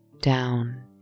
down